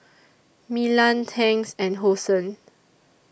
Milan Tangs and Hosen